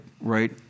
right